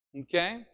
Okay